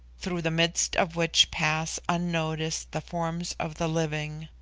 through the midst of which pass unnoticed the forms of the living.